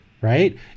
right